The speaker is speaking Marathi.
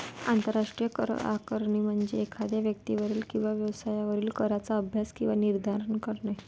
आंतरराष्ट्रीय करआकारणी म्हणजे एखाद्या व्यक्तीवरील किंवा व्यवसायावरील कराचा अभ्यास किंवा निर्धारण आहे